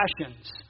passions